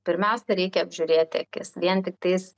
pirmiausia reikia apžiūrėti akis vien tik tais